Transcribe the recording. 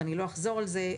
ולא אחזור על זה,